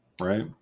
right